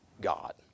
God